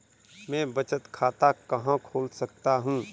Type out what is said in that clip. मैं बचत खाता कहाँ खोल सकता हूँ?